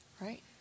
right